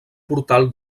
portal